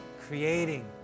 creating